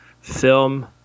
film